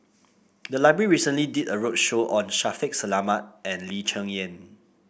the library recently did a roadshow on Shaffiq Selamat and Lee Cheng Yan